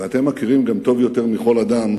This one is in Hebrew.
ואתם גם מכירים טוב יותר מכל אדם